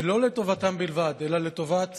ולא לטובתם בלבד, אלא לטובת